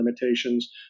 limitations